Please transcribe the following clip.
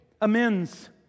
amends